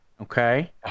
okay